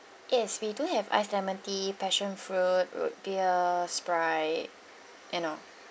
yes we do have ice lemon tea passion fruit root beer sprite and all